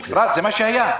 אפרת, זה מה שהיה.